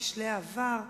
כשלי העבר.